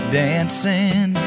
dancing